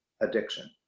addiction